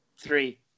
Three